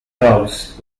dogs